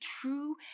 true